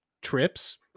trips